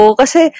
kasi